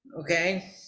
okay